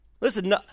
Listen